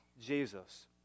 Jesus